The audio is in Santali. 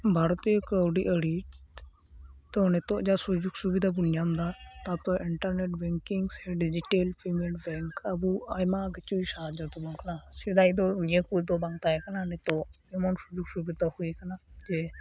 ᱵᱷᱟᱨᱚᱛᱤᱭᱟᱹ ᱠᱟᱹᱣᱰᱤ ᱟᱹᱨᱤ ᱛᱚ ᱱᱤᱛᱚᱜ ᱡᱟ ᱥᱩᱡᱚᱠ ᱥᱩᱵᱤᱫᱟ ᱵ ᱚᱱ ᱧᱟᱢ ᱮᱫᱟ ᱛᱟᱯᱚᱨ ᱤᱱᱴᱟᱨᱱᱮᱴ ᱵᱮᱸᱠᱤᱝ ᱥᱮ ᱰᱤᱡᱤᱴᱮᱞ ᱯᱮᱢᱮᱱᱴ ᱵᱮᱸᱠ ᱟᱵᱚ ᱟᱭᱢᱟ ᱠᱤᱪᱷᱩ ᱥᱟᱦᱟᱡᱚ ᱛᱮᱵᱚᱱ ᱠᱟᱱᱟ ᱥᱮᱫᱟᱭ ᱫᱚ ᱱᱤᱭᱟᱹ ᱠᱚᱫᱚ ᱵᱟᱝ ᱛᱟᱦᱮᱸ ᱠᱟᱱᱟ ᱱᱤᱛᱚᱜ ᱮᱢᱚᱱ ᱥᱩᱡᱚᱠ ᱥᱩᱵᱤᱫᱟ ᱦᱩᱭᱟᱠᱟᱱᱟ ᱡᱮ